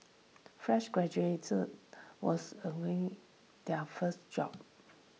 fresh graduates was their first job